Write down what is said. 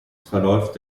verläuft